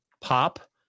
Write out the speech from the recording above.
pop